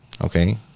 Okay